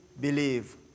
believe